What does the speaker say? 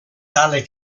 tale